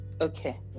okay